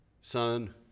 Son